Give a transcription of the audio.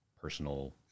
personal